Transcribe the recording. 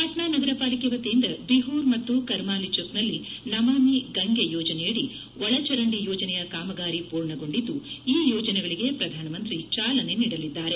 ಪಾಟ್ನಾ ನಗರಪಾಲಿಕೆ ವತಿಯಿಂದ ಬಿಹೂರ್ ಮತ್ತು ಕರ್ಮಾಲಿಚಕ್ನಲ್ಲಿ ನಮಾಮಿ ಗಂಗೆ ಯೋಜನೆಯಡಿ ಒಳಚರಂಡಿ ಯೋಜನೆಯ ಕಾಮಗಾರಿ ಪೂರ್ಣಗೊಂಡಿದ್ದು ಈ ಯೋಜನೆಗಳಿಗೆ ಪ್ರಧಾನಮಂತ್ರಿ ಚಾಲನೆ ನೀಡಲಿದ್ದಾರೆ